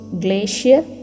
Glacier